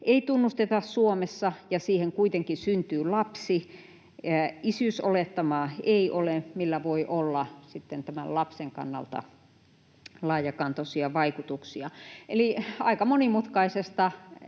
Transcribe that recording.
ei tunnusteta Suomessa ja siihen kuitenkin syntyy lapsi, isyysolettamaa ei ole, millä voi olla sitten tämän lapsen kannalta laajakantoisia vaikutuksia. Eli aika monimutkaisesta